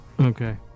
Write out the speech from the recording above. Okay